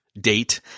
date